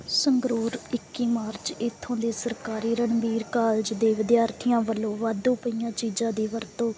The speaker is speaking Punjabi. ਸੰਗਰੂਰ ਇੱਕੀ ਮਾਰਚ ਇੱਥੋਂ ਦੇ ਸਰਕਾਰੀ ਰਣਵੀਰ ਕਾਲਜ ਦੇ ਵਿਦਿਆਰਥੀਆਂ ਵਲੋਂ ਵਾਧੂ ਪਈਆਂ ਚੀਜ਼ਾਂ ਦੀ ਵਰਤੋਂ